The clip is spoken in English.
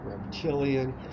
reptilian